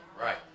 Right